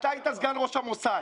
אתה היית סגן ראש המוסד,